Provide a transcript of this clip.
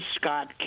Scott